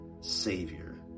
Savior